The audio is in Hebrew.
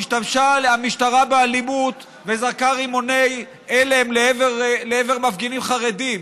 השתמשה המשטרה באלימות וזרקה רימוני הלם לעבר מפגינים חרדים,